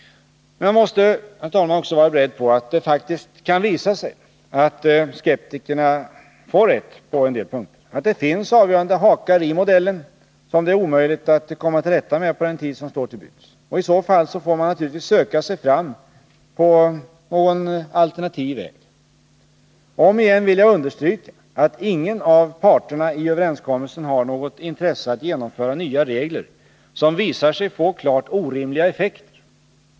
Men man måste vara beredd på att det faktiskt kan visa sig att skeptikerna får rätt, att det finns avgörande hakar i modellen som det är omöjligt att komma till rätta med på den tid som står till buds. Och i så fall får man naturligtvis söka sig fram en alternativ väg — om igen vill jag understryka att ingen av parterna i överenskommelsen har något intresse att genomföra nya regler som visar sig få klart orimliga effekter.